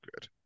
good